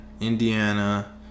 indiana